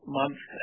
months